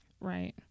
Right